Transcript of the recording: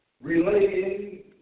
relating